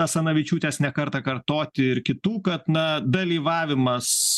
asanavičiūtės ne kartą kartoti ir kitų kad na dalyvavimas